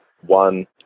one